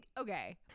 okay-